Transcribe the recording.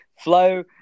flow